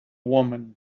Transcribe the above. woman